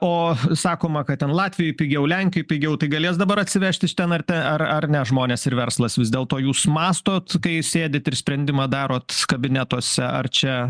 o sakoma kad ten latvijoj pigiau lenkijoj pigiau tai galės dabar atsivežti iš ten ar te ar ar ne žmonės ir verslas vis dėlto jūs mąstot kai sėdit ir sprendimą darot kabinetuose ar čia